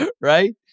right